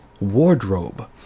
wardrobe